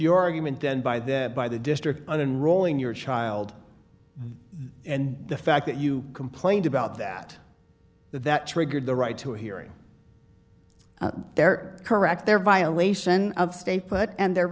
your argument then by the by the district and rolling your child and the fact that you complained about that that triggered the right to hearing their correct their violation of stay put and their